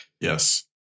Yes